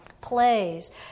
plays